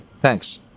thanks